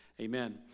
Amen